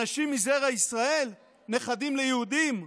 אנשים מזרע ישראל, נכדים ליהודים.